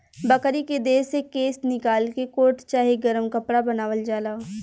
बकरी के देह से केश निकाल के कोट चाहे गरम कपड़ा बनावल जाला